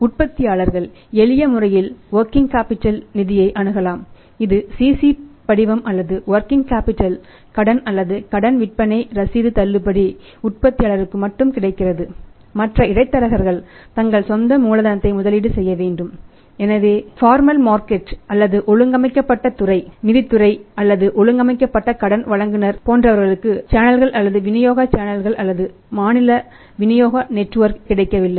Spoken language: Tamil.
உற்பத்தியாளர்கள் எளிய முறையில் வொர்க்கிங் கேபிட்டல் அல்லது ஒழுங்கமைக்கப்பட்ட துறை நிதி துறை அல்லது ஒழுங்கமைக்கப்பட்ட கடன் வழங்குநர் போன்றவர்களுக்கு சேனல்கள் அல்லது விநியோக சேனல்கள் அல்லது மாநில விநியோக நெட்வொர்க் கிடைக்கவில்லை